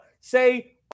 say